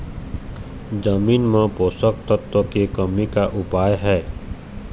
जमीन म पोषकतत्व के कमी का उपाय हे?